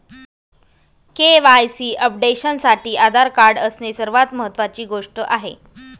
KYC अपडेशनसाठी Aadhaar card असणे सर्वात महत्वाची गोष्ट आहे